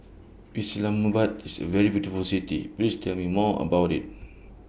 Islamabad IS A very beautiful City Please Tell Me More about IT